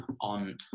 on